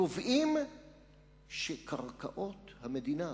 קובעים שקרקעות המדינה,